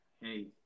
Hey